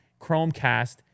Chromecast